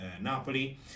Napoli